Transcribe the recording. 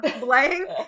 blank